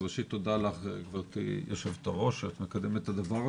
אז ראשית תודה לך גברתי יו"ר שאת מקדמת את הדבר הזה.